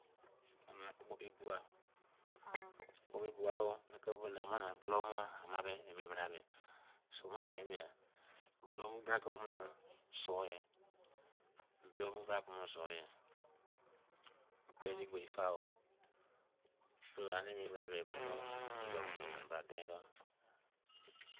Mia kpo-ebugha kere bar ama mi bra meh omene soi bulu bi me bra me omen oni pe-le de gbenifa o